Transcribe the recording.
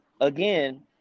Again